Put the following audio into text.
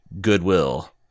goodwill